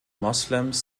moslems